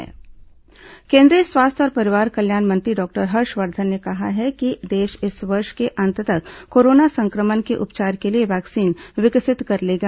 Harshvardhan corona vaccine केंद्रीय स्वास्थ्य और परिवार कल्याण मंत्री डॉक्टर हर्षवर्धन ने कहा है कि देश इस वर्ष के अंत तक कोरोना संक्रमण के उपचार के लिए वैक्सीन विकसित कर लेगा